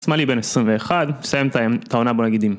סמאלי בן 21 מסיים את העונה בוא נגיד